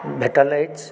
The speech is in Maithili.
भेटल अछि